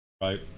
right